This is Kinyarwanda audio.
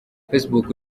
facebook